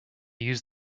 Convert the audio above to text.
used